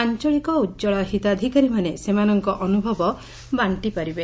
ଆଞ୍ଚଳିକ ଉଜ୍ୱଳା ହିତାଧିକାରୀମାନେ ସେମାନଙ୍କ ଅନୁଭବ ବାଣ୍ଟିପାରିବେ